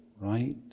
right